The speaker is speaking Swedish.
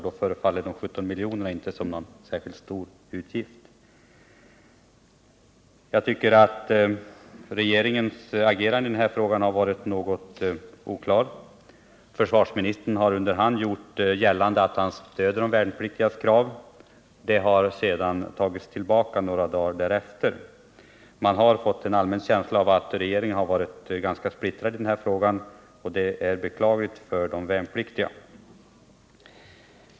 Då förefaller de 17 miljonerna inte vara någon särskilt stor utgift. Jag tycker att regeringens agerande i den här frågan varit något oklart. Försvarsministern har under hand gjort gällande att han stöder de värnpliktigas krav. Detta har sedan tagits tillbaka några dagar därefter. Man har fått en allmän känsla av att regeringen varit ganska splittrad i den här frågan, och det är beklagligt för de värnpliktiga.